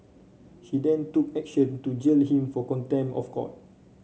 she then took action to jail him for contempt of court